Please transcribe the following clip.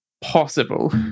possible